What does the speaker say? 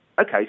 okay